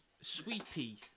sweepy